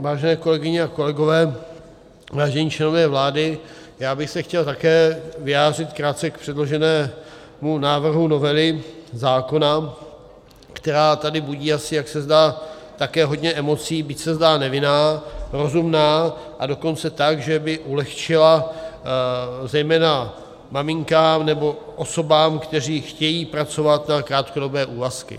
Vážené kolegyně a kolegové, vážení členové vlády, já bych se chtěl také vyjádřit krátce k předloženému návrhu novely zákona, která tady budí asi, jak se zdá, také hodně emocí, byť se zdá nevinná, rozumná, a dokonce tak, že by ulehčila zejména maminkám nebo osobám, které chtějí pracovat na krátkodobé úvazky.